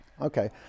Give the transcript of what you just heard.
Okay